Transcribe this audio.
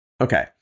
Okay